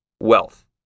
wealth